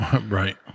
right